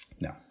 No